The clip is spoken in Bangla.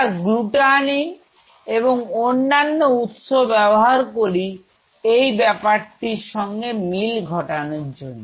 আমরা লুটা নিন এবং অন্যান্য উৎস ব্যবহার করি এই ব্যাপারটির সঙ্গে মিল ঘটানোর জন্য